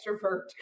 extrovert